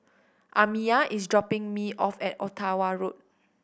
Amiyah is dropping me off at Ottawa Road